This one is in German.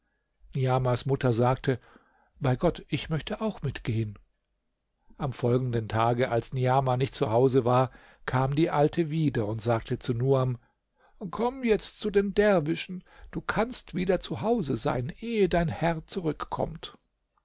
niamahs mutter sagte bei gott ich möchte auch mitgehen am folgenden tage als niamah nicht zu hause war kam die alte wieder und sagte zu nuam komm jetzt zu den derwischen du kannst wieder zu hause sein ehe dein herr zurückkommt